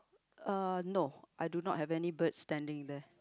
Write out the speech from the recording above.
uh no I do not have any birds standing there